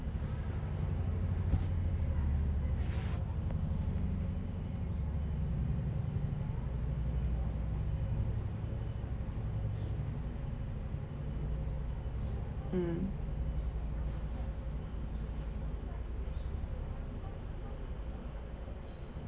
mm